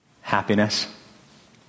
happiness